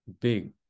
big